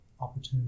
opportunity